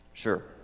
Sure